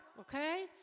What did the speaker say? okay